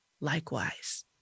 likewise